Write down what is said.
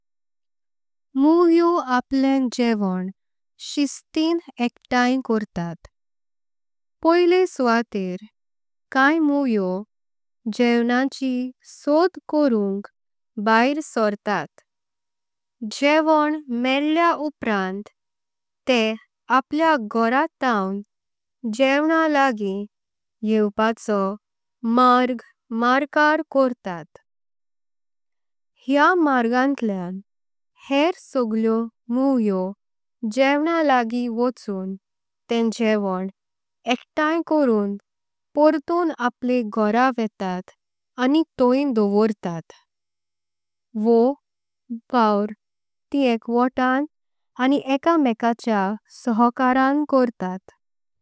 मुवयो आपले जेवोन्न शिस्तिं एकत्तांय करतात। पहिले सुवातेऱ काइ मुवयो जेव्नाची सोद कोरूंक। बहैर सोर्तात जेवोन्न मेल्ले उप्रांत ते आपल्‍या घोर थावं। जेव्ना लागीम् येवपाचो मर्ग मार्कर करतात हे समार्गांत्लें। हेर सग्ग्ल्यो मुवयो जेव्ना लागीम् वचूं ते जेवोन् न एकत्तांय। कोंरून पोर्तून आपले घोर वेतात अनि थय दोवोरतात वो। वावऱ तिम् एकवोटानं आनी एकमेकाच्या सोहोंकारां करतात।